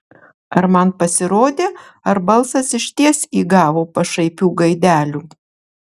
ar man pasirodė ar balsas išties įgavo pašaipių gaidelių